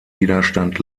widerstand